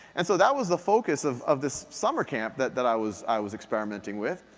and so, that was the focus of of this summer camp that that i was i was experimenting with.